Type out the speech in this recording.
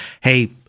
hey